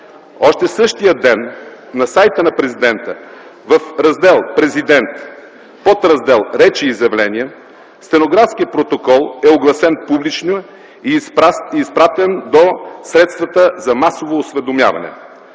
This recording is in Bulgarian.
Още същия ден на сайта на президента в Раздел „Президент”, подраздел „Речи и изявления” стенографският протокол е огласен публично и е изпратен до средствата за масово осведомяване.